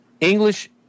English